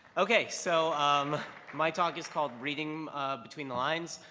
okay so um my talk is called reading between the lines.